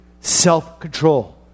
self-control